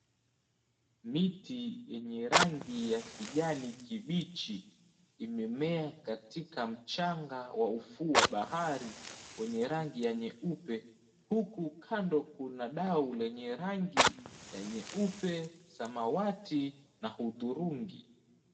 Miti yenye rangi ya kijani kibichi imemea katika mchanga wa ufuo wa bahari wenye rangi ya nyeupe, huku kando kuna dau lenye rangi ya nyeupe, samawati na hudhurungi.